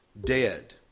dead